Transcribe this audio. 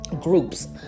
groups